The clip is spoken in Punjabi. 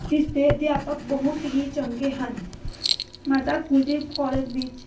ਇਸਦੇ ਅਧਿਆਪਕ ਬਹੁਤ ਹੀ ਚੰਗੇ ਹਨ ਮਾਤਾ ਗੁਜਰੀ ਕੋਲਜ ਵਿੱਚ